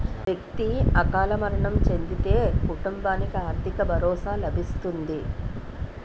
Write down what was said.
వ్యక్తి అకాల మరణం చెందితే కుటుంబానికి ఆర్థిక భరోసా లభిస్తుంది